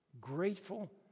grateful